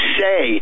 say